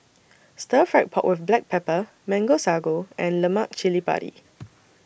Stir Fried Pork with Black Pepper Mango Sago and Lemak Cili Padi